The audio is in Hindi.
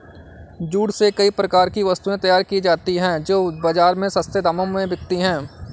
जूट से कई प्रकार की वस्तुएं तैयार की जाती हैं जो बाजार में सस्ते दामों में बिकती है